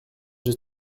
j’ai